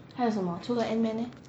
还有什么除了 antman leh